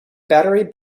battery